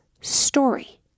story